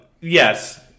yes